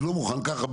אני לא מוכן ככה,